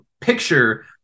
picture